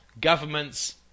governments